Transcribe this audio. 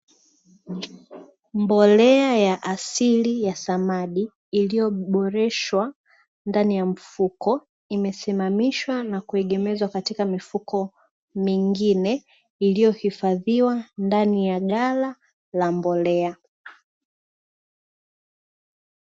Mbolea ya asili ya samadi iliyoboreshwa ndani ya mfuko, imesimamishwa na kuegemezwa katika mifuko mingine, iliyohifadhiwa ndani ya ghala la mbolea.